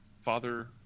Father